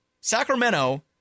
Sacramento